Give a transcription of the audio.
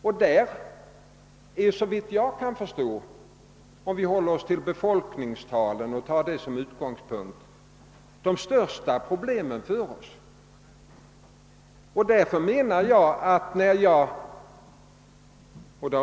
Om vi håller oss till befolkningstalen och tar dem som utgångspunkt för vårt resonemang finns i den sydliga delen av stödområdet, såvitt jag kan förstå, de största problemen.